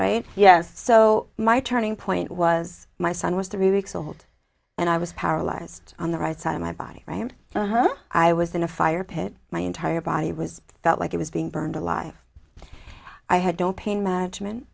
right yes so my turning point was my son was three weeks old and i was paralyzed on the right side of my body i was in a fire pit my entire body was felt like it was being burned alive i had don't pain management